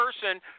person